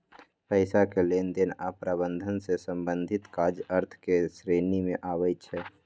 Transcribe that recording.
पइसा के लेनदेन आऽ प्रबंधन से संबंधित काज अर्थ के श्रेणी में आबइ छै